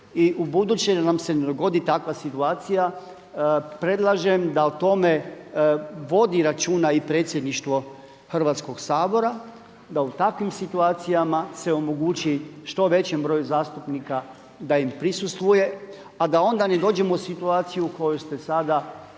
i ubuduće nam se ne dogodi takva situacija. Predlažem da o tome vodi računa i predsjedništvo Hrvatskog sabora, da u takvim situacijama se omogući što većem broju zastupnika da im prisustvuje a da onda ne dođemo u situaciju u kojoj ste sada